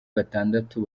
batandatu